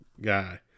guy